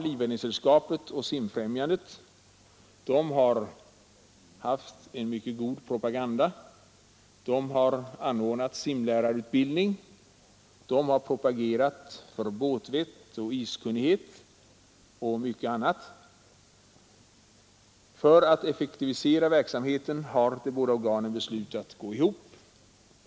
Livräddningssällskapet och Sim njandet har gjort en mycket god propaganda. De har anordnat simlärarutbildning, de har propagerat för båtvett, iskunnighet och mycket annat. För att effektivisera verksamheten har de båda organisationerna beslutat gå ihop.